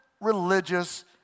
religious